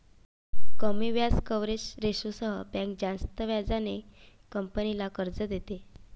कमी व्याज कव्हरेज रेशोसह बँक जास्त व्याजाने कंपनीला कर्ज देते